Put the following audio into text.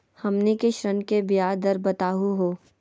हमनी के ऋण के ब्याज दर बताहु हो?